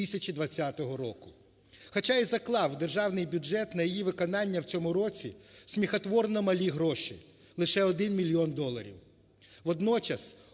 хоча і заклав у державний бюджет на її виконання в цьому році сміхотворно малі гроші – лише 1 мільйон доларів.